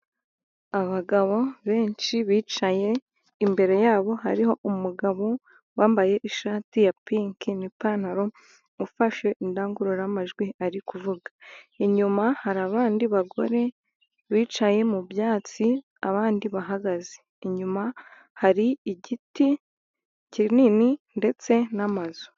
Abagabo benshi bicaye imbere yabo hariho umugabo wambaye ishati ya pinki n'ipantaro, ufashe indangururamajwi ari kuvuga. Inyuma hari abandi bagore bicaye mu byatsi, abandi bahagaze, inyuma hari igiti kinini ndetse n'amazu